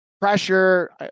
pressure